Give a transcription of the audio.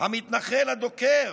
המתנחל הדוקר,